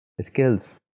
skills